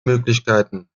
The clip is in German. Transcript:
möglichkeiten